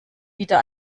wieder